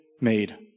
made